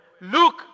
Look